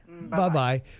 bye-bye